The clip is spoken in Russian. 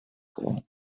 кво